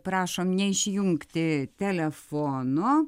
prašom neišjungti telefono